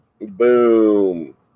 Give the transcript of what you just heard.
Boom